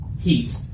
Heat